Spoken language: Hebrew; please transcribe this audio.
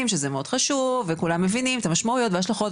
שזה מאוד חשוב וכולם מבינים את המשמעויות וההשלכות,